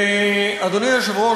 אדוני היושב-ראש,